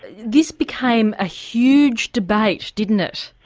this became a huge debate didn't it?